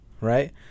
right